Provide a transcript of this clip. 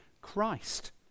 Christ